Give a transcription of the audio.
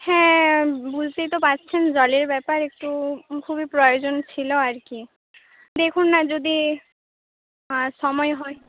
হ্যাঁ বুঝতেই তো পারছেন জলের ব্যাপার একটু খুবই প্রয়োজন ছিল আর কি দেখুন না যদি সময় হয়